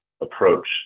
approach